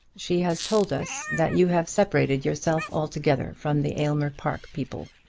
she has told us that you have separated yourself altogether from the aylmer park people.